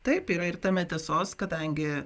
taip yra ir tame tiesos kadangi